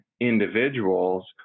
individuals